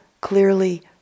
clearly